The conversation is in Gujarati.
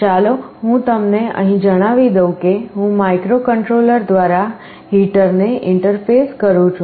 ચાલો હું તમને અહીં જણાવી દઉં કે હું માઇક્રોકન્ટ્રોલર દ્વારા હીટર ને ઇન્ટરફેસ કરું છું